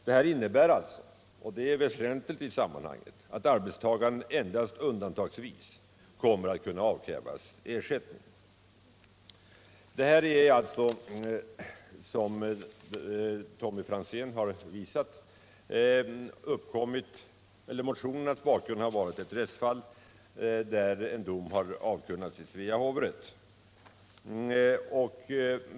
Detta innebär — och det är väsentligt i sammanhanget — att en arbetstagare endast undantagsvis kommer att kunna avkrävas ersättning. Motionernas bakgrund är ett rättsfall, där en dom avkunnats av Svea hovrätt.